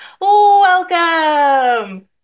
welcome